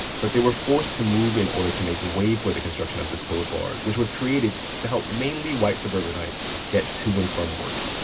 but they were forced to move in order to make way for the construction of this boulevard, which was created to help mainly white suburbanites get to and from work.